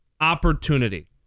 opportunity